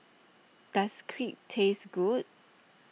does Crepe taste good